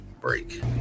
break